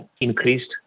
increased